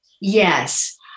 Yes